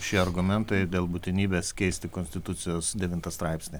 šie argumentai dėl būtinybės keisti konstitucijos devintą straipsnį